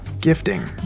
Gifting